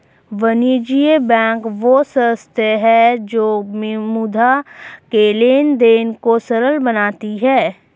वाणिज्य बैंक वह संस्था है जो मुद्रा के लेंन देंन को सरल बनाती है